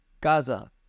Gaza